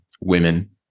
women